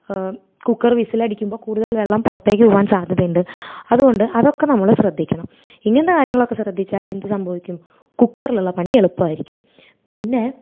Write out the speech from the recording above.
cooker വിസിലടിക്കുമ്പോൾ കൂടുതൽ വെള്ളം പുറത്തേക്ക് പോകാൻ സാധ്യതയുണ്ട് അതുകൊണ്ട് അതൊക്കെ നമ്മൾ ശ്രദ്ധിക്കണം ഇങ്ങനത്തെ കാര്യങ്ങൾ ശ്രദ്ധിച്ചാലെന്ത് സംഭവിക്കും കുക്കറിലുള്ള പണി എളുപ്പമായിരിക്കും പിന്നെ